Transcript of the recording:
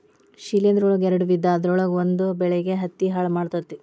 ಶಿಲೇಂಧ್ರ ಒಳಗ ಯಾಡ ವಿಧಾ ಅದರೊಳಗ ಒಂದ ಬೆಳಿಗೆ ಹತ್ತಿ ಹಾಳ ಮಾಡತತಿ